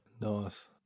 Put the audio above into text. Nice